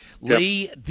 Lee